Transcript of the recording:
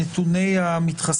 נשיא המכון